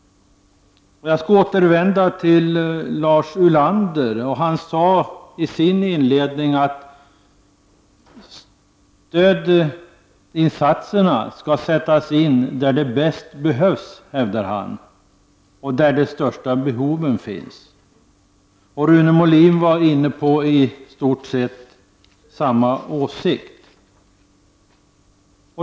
Lars Ulander sade i inledningen av sitt anförande att stödinsatserna skall sättas in där de bäst behövs, där de största behoven finns. Rune Molin hade i stort sett samma åsikt.